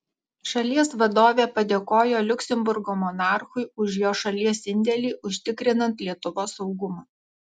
šalies vadovė padėkojo liuksemburgo monarchui už jo šalies indėlį užtikrinant lietuvos saugumą